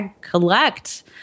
collect